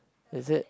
is it